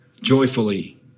Joyfully